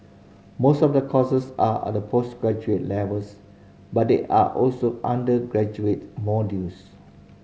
most of the courses are at the postgraduate levels but there are also undergraduate modules